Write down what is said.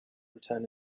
return